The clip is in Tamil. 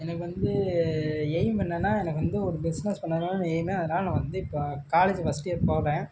எனக்கு வந்து எயிம் என்னென்னா எனக்கு வந்து ஒரு பிஸ்னஸ் பண்ணணுன்னு எயிமு அதனால் நான் வந்து இப்போ காலேஜ் ஃபஸ்ட் இயர் போவேன்